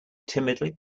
timidly